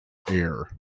air